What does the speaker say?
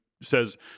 Says